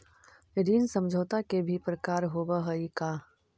ऋण समझौता के भी प्रकार होवऽ हइ का?